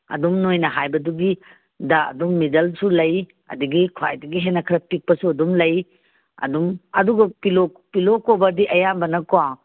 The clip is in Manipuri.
ꯑꯗꯨꯝ ꯅꯣꯏꯅ ꯍꯥꯏꯕꯗꯨꯒꯤꯗ ꯑꯗꯨꯝ ꯃꯤꯗꯜꯁꯨ ꯂꯩ ꯑꯗꯒꯤ ꯈ꯭ꯋꯥꯏꯗꯒꯤ ꯈꯔ ꯍꯦꯟꯅ ꯄꯤꯛꯄꯁꯨ ꯑꯗꯨꯝ ꯂꯩ ꯑꯗꯨꯝ ꯑꯗꯨꯒ ꯄꯤꯜꯂꯣ ꯀꯣꯕꯔꯗꯤ ꯑꯌꯥꯝꯕꯅꯀꯣ